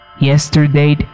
Yesterday